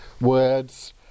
words